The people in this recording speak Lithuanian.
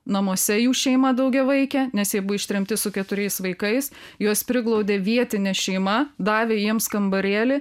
namuose jų šeima daugiavaikė nes jie buvo ištremti su keturiais vaikais juos priglaudė vietinė šeima davė jiems kambarėlį